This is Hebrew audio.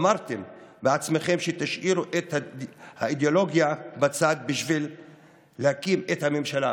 אמרתם בעצמכם שתשאירו את האידיאולוגיה בצד כדי להקים את הממשלה,